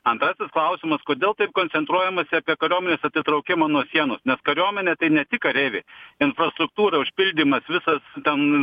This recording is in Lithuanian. antras klausimas kodėl taip koncentruojamasi apie kariuomenės atitraukimą nuo sienos nes kariuomenė tai ne tik kareiviai infrastruktūra užpildymas visas ten